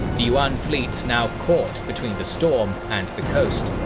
the yuan fleets now caught between the storm and the coast.